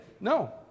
No